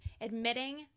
admitting